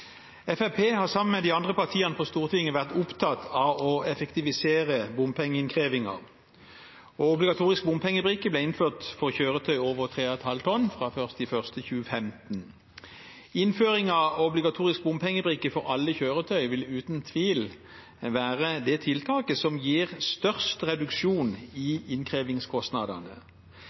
har sammen med de andre partiene på Stortinget vært opptatt av å effektivisere bompengeinnkrevingen. Obligatorisk bompengebrikke ble innført for kjøretøy på over 3,5 tonn fra 1. januar 2015. Innføring av obligatorisk bompengebrikke for alle kjøretøy vil uten tvil være det tiltaket som gir størst reduksjon i innkrevingskostnadene.